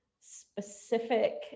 specific